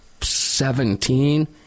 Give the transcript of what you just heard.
seventeen